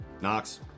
Knox